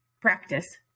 practice